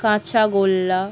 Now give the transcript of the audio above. কাঁচা গোল্লা